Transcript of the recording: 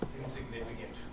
insignificant